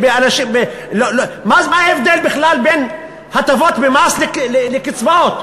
מה ההבדל בכלל בין הטבות במס לבין קצבאות?